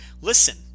listen